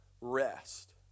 rest